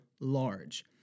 large